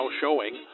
showing